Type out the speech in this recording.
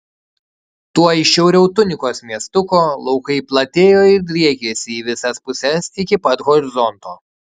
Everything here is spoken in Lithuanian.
tuoj šiauriau tunikos miestuko laukai platėjo ir driekėsi į visas puses iki pat horizonto